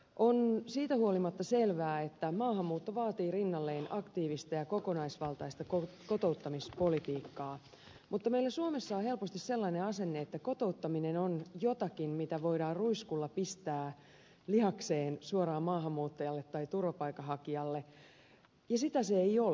on siitä huolimatta selvää että maahanmuutto vaatii rinnalleen aktiivista ja kokonaisvaltaista kotouttamispolitiikkaa mutta meillä suomessa on helposti sellainen asenne että kotouttaminen on jotakin mitä voidaan ruiskulla pistää lihakseen suoraan maahanmuutajalle tai turvapaikanhakijalle ja sitä se ei ole